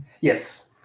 Yes